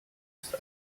ist